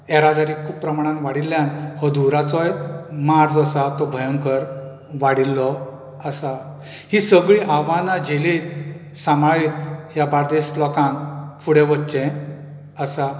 येरादारी खूब प्रमणांत वाडिल्यान हो धुंवराचोय मार जो आसा तो भयंकर वाडिल्लो आसा ही सगळीं आव्हानां झेलीत सांबाळीत ह्या बार्देस लोकांक फुडें वच्चे आसा